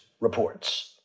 reports